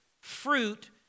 fruit